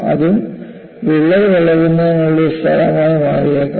അതും വിള്ളൽ വളരുന്നതിനുള്ള ഒരു സ്ഥലമായി മാറിയേക്കാം